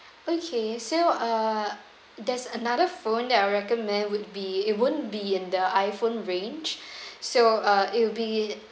okay so uh there's another phone that I recommend would be it won't be in the iPhone range so uh it will be